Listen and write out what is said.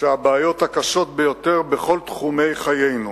שהבעיות הקשות ביותר בכל תחומי חיינו,